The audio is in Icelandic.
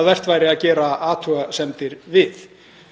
að vert væri að gera athugasemdir við.